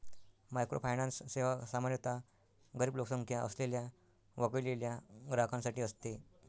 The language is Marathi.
मायक्रोफायनान्स सेवा सामान्यतः गरीब लोकसंख्या असलेल्या वगळलेल्या ग्राहकांसाठी असते